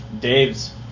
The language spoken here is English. Dave's